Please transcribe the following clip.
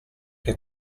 che